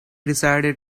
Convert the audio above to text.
decided